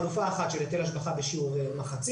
חלופה אחת של היטל השבחה בשיעור מחצית,